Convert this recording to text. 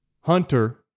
Hunter